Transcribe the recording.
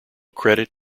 credit